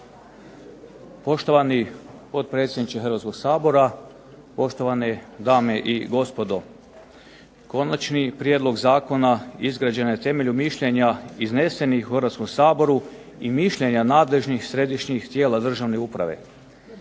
Poštovani potpredsjedniče Hrvatskog sabora, poštovane dame i gospodo. Konačni prijedlog zakona izgrađen je na temelju mišljenja iznesenih u Hrvatskom saboru, i mišljenja nadležnih središnjih tijela državne uprave.